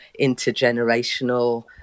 intergenerational